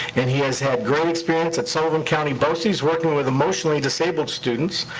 and he has had great experience at sullivan county boces working with emotionally-disabled students.